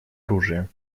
оружия